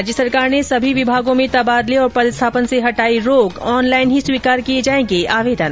राज्य सरकार ने सभी विभागों में तबादले और पदस्थापन से हटाई रोक ऑनलाइन ही स्वीकार किए जाएंगे आवेदन